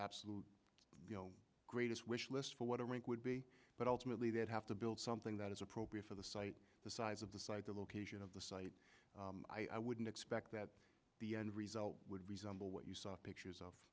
the greatest wish list for what a rink would be but ultimately they'd have to build something that is appropriate for the site the size of the site the location of the site i wouldn't expect that the end result would resemble what you saw pictures of